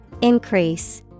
Increase